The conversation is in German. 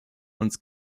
uns